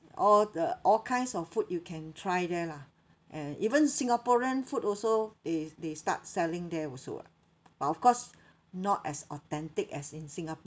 all the all kinds of food you can try there lah and even singaporean food also if they they start selling there also [what] but of course not as authentic as in singapore